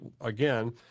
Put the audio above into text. Again